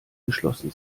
geschlossen